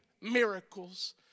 miracles